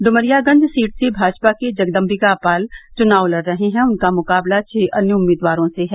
इमरियागंज seat से भाजपा के जगदम्बिका पाल चुनाव लड़ रहे हैं उनका मुकाबला छह अन्य उम्मीदवारों से है